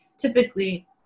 typically